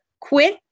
quit